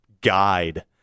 guide